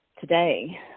today